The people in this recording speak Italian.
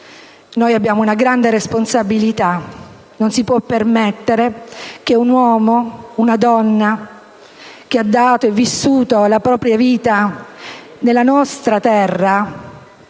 Noi abbiamo una grande responsabilità: non si può permettere che un uomo o una donna che hanno vissuto la propria vita nella nostra terra